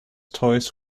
toys